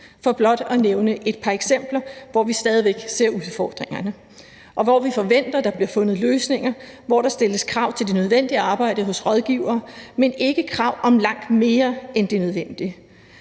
er blot for at nævne et par eksempler, hvor vi stadig væk ser udfordringer, og hvor vi forventer der bliver fundet løsninger, hvor der stilles krav til det nødvendige arbejde hos rådgivere, men ikke krav om langt mere end det nødvendige.